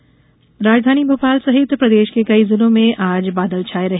मौसम राजधानी भोपाल सहित प्रदेश के कई जिलों में आज बादल छाये रहे